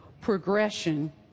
progression